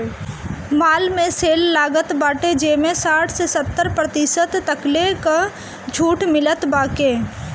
माल में सेल लागल बाटे जेमें साठ से सत्तर प्रतिशत तकले कअ छुट मिलत बाटे